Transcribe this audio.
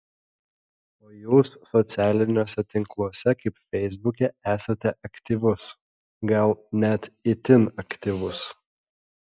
o jūs socialiniuose tinkluose kaip feisbuke esate aktyvus gal net itin aktyvus